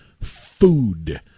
food